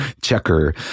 checker